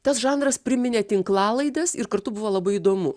tas žanras priminė tinklalaides ir kartu buvo labai įdomu